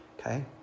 okay